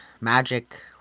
magic